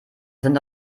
sind